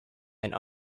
and